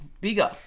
bigger